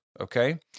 okay